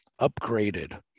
upgraded